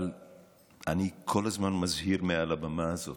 אבל אני כל הזמן מזהיר מעל הבמה הזו